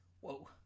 whoa